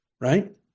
right